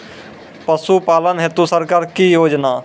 पशुपालन हेतु सरकार की योजना?